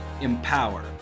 empower